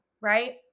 right